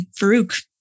Farouk